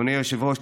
אדוני היושב-ראש,